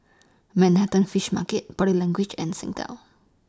Manhattan Fish Market Body Language and Singtel